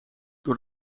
door